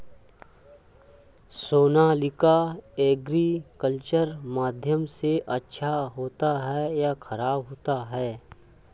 Sonalika agriculture माध्यम से अच्छा होता है या ख़राब होता है?